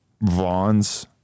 Vaughn's